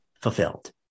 fulfilled